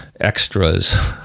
extras